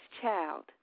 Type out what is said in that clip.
child